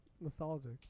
Nostalgic